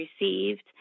received